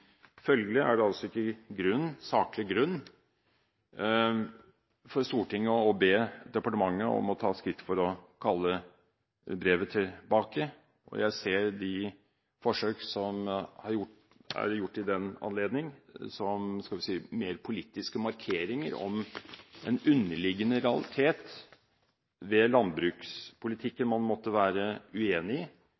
Følgelig er det ikke saklig grunn for Stortinget til å be departementet om å ta skritt for å kalle brevet tilbake. Jeg ser de forsøk som er gjort i den anledning, som – skal vi si – mer politiske markeringer i forbindelse med en underliggende realitet ved landbrukspolitikken